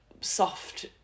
soft